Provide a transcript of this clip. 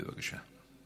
בבקשה.